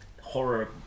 horror